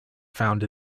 found